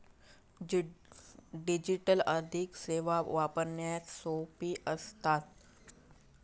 digital आर्थिक सेवा वापरण्यास सोपी असता